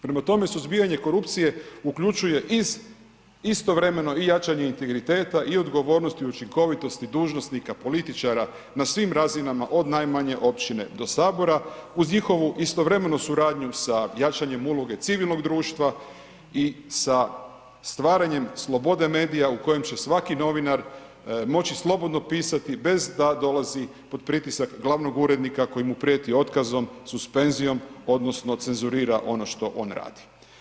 Prema tome, suzbijanje korupcije uključuje, istovremeno i jačanje integriteta i odgovornost i učinkovitost i dužnosnika, političara, na svim razinama od najmanje općine do Sabora uz njihovu istovremenu suradnju sa jačanjem uloge civilnog društva i sa stvaranjem slobode medija u kojem će svaki novinar moći slobodno pisati bez a dolazi pod pritisak glavnog urednika koji mu prijeti otkazom, suspenzijom odnosno cenzurira ono što on radi.